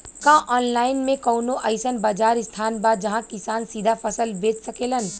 का आनलाइन मे कौनो अइसन बाजार स्थान बा जहाँ किसान सीधा फसल बेच सकेलन?